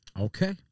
Okay